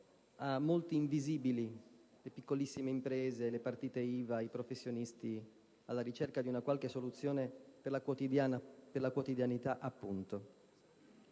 a molti invisibili: le piccolissime imprese, le partite IVA, i professionisti, appunto, alla ricerca di una qualche soluzione per la quotidianità.